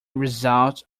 result